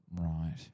right